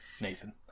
Nathan